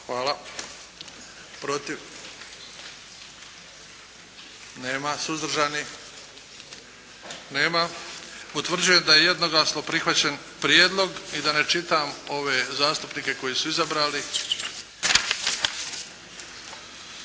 Hvala. Protiv? Nema. Suzdržani? Nema. Utvrđujem da je jednoglasno prihvaćen prijedlog i da ne čitam ove zastupnike koji su izabrani.